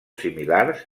similars